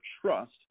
trust